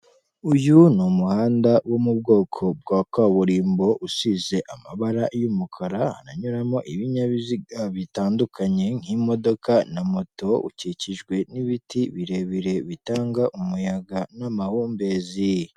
Uyu ni umuhanda wo mu bwoko bwa kaburimbo usize amabara y'umukara, haranyuramo ibinyabiziga bitandukanye nk'imodoka na moto, ukikijwe n'ibiti birebire bitanga umuyaga n'amahumbezi.